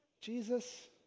Jesus